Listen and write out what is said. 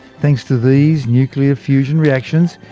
thanks to these nuclear fusion reactions,